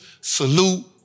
salute